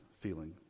feeling